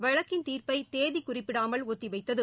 வழக்கின் தீர்ப்பை தேதி குறிப்பிடாமல் ஒத்தி வைத்தது